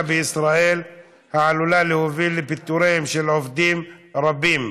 בישראל העלולה להוביל לפיטוריהם של עובדים רבים,